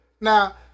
now